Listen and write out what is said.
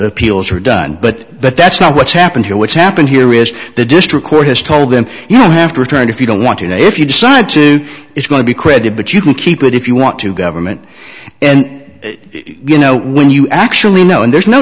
the peels are done but but that's not what's happened here what's happened here is the district court has told them you have to return if you don't want to know if you decide to it's going to be credit but you can keep it if you want to government and you know when you actually know and there's no